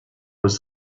was